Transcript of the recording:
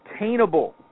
attainable